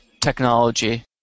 technology